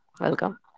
Welcome